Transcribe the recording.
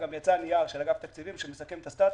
וגם יצא נייר של אגף תקציבים שמסכם את הסטטוס.